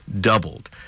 doubled